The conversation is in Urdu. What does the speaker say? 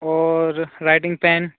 اور رائٹنگ پین